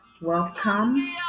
Welcome